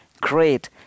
great